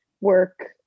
work